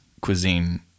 cuisine